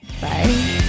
Bye